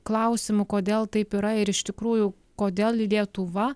klausimų kodėl taip yra ir iš tikrųjų kodėl lietuva